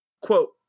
quote